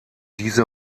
diese